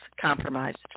compromised